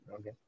Okay